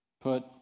put